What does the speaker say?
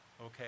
Okay